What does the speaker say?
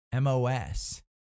MOS